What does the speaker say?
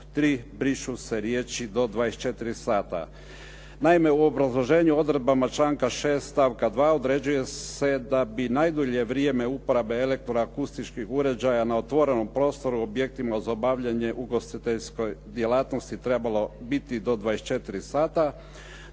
3. brišu se riječi “do 24 sata“. Naime, u obrazloženju odredbama članka 6. stavka 2. određuje se da bi najdulje vrijeme uporabe elektro-akustičkih uređaja na otvorenom prostoru, objektima za obavljanje ugostiteljske djelatnosti trebalo biti do 24 sata.